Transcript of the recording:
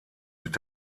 mit